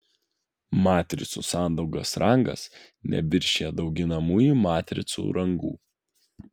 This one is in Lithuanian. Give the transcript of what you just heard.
matricų sandaugos rangas neviršija dauginamųjų matricų rangų